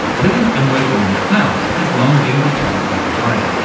living and working in the clouds has long been the hong kong way,